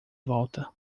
volta